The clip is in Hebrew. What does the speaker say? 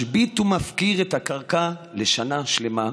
משבית ומפקיר את הקרקע לשנה שלמה,